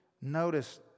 notice